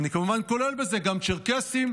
אני כמובן כולל בזה גם צ'רקסים,